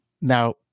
now